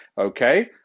okay